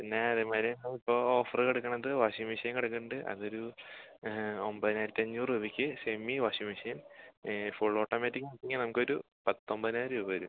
പിന്നേ അതേമാതിരി തന്നെ ഇപ്പോൾ ഓഫറ് കിടക്കണത് വാഷിംഗ് മെഷീൻ കിടക്കണുണ്ട് അത് ഒരു ഒമ്പതിനായിരത്തി അഞ്ഞൂറ് രൂപയ്ക്ക് semi washing machine full automatic നമുക്കൊരു പത്തൊൻപതിനായിരം രൂപ വരും